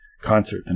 concert